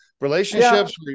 relationships